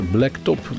Blacktop